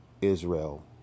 Israel